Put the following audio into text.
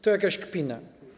To jakaś kpina.